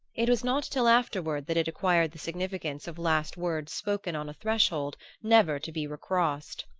it was not till afterward that it acquired the significance of last words spoken on a threshold never to be recrossed.